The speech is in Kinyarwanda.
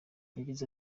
yagize